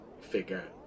Figure